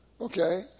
okay